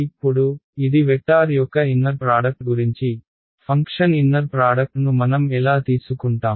ఇప్పుడు ఇది వెక్టార్ యొక్క ఇన్నర్ ప్రాడక్ట్ గురించి ఫంక్షన్ ఇన్నర్ ప్రాడక్ట్ ను మనం ఎలా తీసుకుంటాం